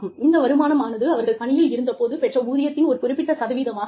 இந்த வருமானம் ஆனது அவர்கள் பணியில் இருந்தபோது பெற்ற ஊதியத்தின் ஒரு குறிப்பிட்ட சதவீதமாக இருக்கும்